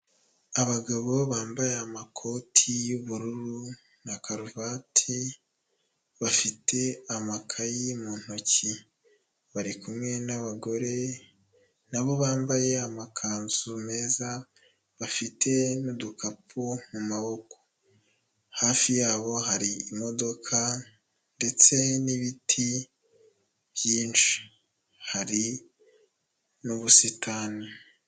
Abagabo bambaye amakoti y'ubururu na karuvati, bafite amakayi mu ntoki. Bari kumwe n'abagore, na bo bambaye amakanzu meza bafite n'udukapu mu maboko, hafi yabo hari imodoka ndetse n'ibiti byinshi, hari n'ubusitani.